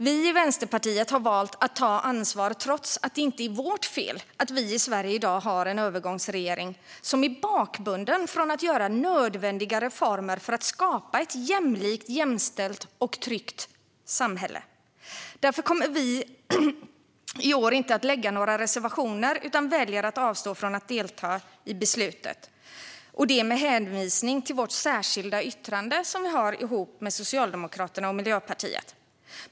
Vi i Vänsterpartiet har valt att ta ansvar trots att det inte är vårt fel att vi i Sverige i dag har en övergångsregering som är bakbunden från att göra nödvändiga reformer för att skapa ett jämlikt, jämställt och tryggt samhälle. Därför kommer vi i år inte att lämna några reservationer utan väljer att avstå från att delta i beslutet, med hänvisning till det särskilda yttrande som vi har tillsammans med Socialdemokraterna och Miljöpartiet.